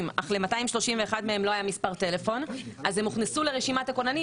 אך ל-231 מהם לא היה מספר טלפון אז הם הוכנסו לרשימת הכוננים